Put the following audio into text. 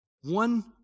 one